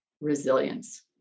resilience